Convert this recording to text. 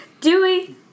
Dewey